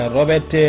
Robert